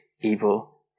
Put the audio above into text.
evil